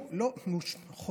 זה לא ויכוח, זה עובדות.